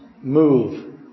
move